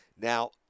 Now